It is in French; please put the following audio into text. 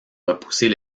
repousser